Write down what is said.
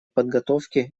подготовке